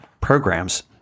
programs